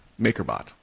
MakerBot